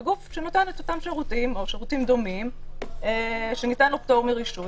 וגוף שנותן את אותם שירותים או שירותים דומים שניתן לו פטור מרישוי